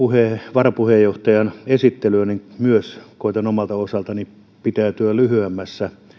varapuheenjohtajan esittelyä niin minä myös koetan omalta osaltani pitäytyä lyhyemmässä